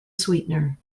sweetener